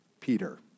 Peter